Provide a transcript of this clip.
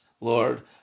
Lord